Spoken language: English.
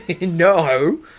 No